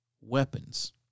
weapons